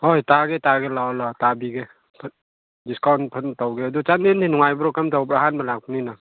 ꯍꯣꯏ ꯇꯥꯒꯦ ꯇꯥꯒꯦ ꯂꯥꯛꯑꯣ ꯂꯛꯑꯣ ꯇꯥꯕꯤꯒꯦ ꯗꯤꯁꯀꯥꯎꯟ ꯐꯖꯅ ꯇꯧꯒꯦ ꯑꯗꯣ ꯆꯥꯟꯗꯦꯜꯗꯤ ꯅꯨꯡꯉꯥꯏꯕ꯭ꯔꯣ ꯀꯔꯝ ꯇꯧꯕ꯭ꯔꯥ ꯑꯍꯥꯟꯕ ꯂꯥꯛꯄꯅꯤꯅ